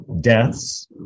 Deaths